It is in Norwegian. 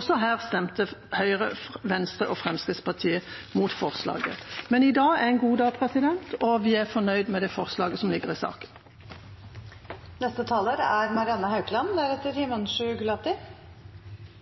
Også her stemte Høyre, Venstre og Fremskrittspartiet mot forslaget. Men i dag er en god dag, og vi er fornøyd med det forslaget som ligger i saken. Vi er